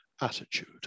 attitude